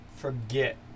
Forget